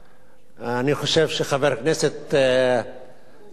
אני חושב שחבר הכנסת דני סימון,